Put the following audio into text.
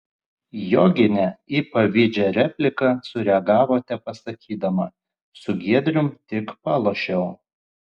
joginė į pavydžią repliką sureagavo tepasakydama su giedrium tik palošiau